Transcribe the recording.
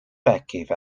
batcave